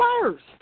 first